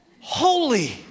holy